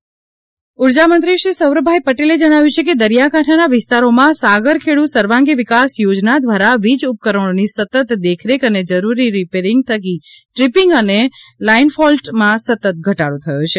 સૌરભ પટેલ સાગર ખેડુ ઊર્જામંત્રી શ્રી સૌરભભાઈ પટેલે જણાવ્યું છે કે દરિયાકાંઠાના વિસ્તારોમાં સાગરખેડૂ સર્વાંગી વિકાસ યોજના દ્વારા વીજ ઉપકરણોની સતત દેખરેખ અને જરૂરી રિપેરિંગ થકી ટ્રિપિંગ અને લાઇનફોલ્ટમાં સતત ઘટાડો થયો છે